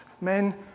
men